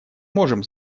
можем